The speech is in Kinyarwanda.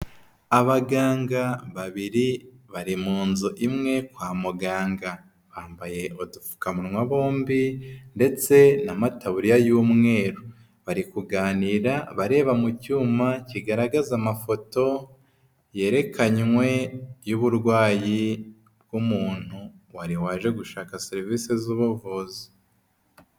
Abaganga babiri bari mu nzu imwe kwa muganga, bambaye udupfukamuwa bombi ndetse n'amataburiya y'umweru, bari kuganira bareba mu cyuma kigaragaza amafoto yerekanywe y'uburwayi bw'umuntu, wari waje gushaka serivise z'ubuvuzi.